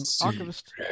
archivist